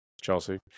Chelsea